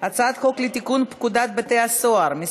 38 חברי כנסת, שישה מתנגדים, אין נמנעים.